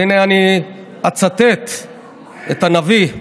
והינה, אני אצטט את הנביא: